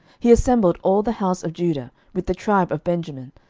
he assembled all the house of judah, with the tribe of benjamin,